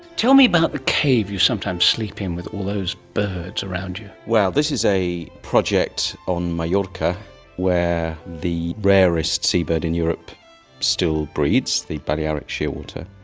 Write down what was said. tell me about the cave you sometimes sleep in, with all those birds around you. well, this is a project on majorca where the rarest seabird in europe still breeds, the balearic shearwater,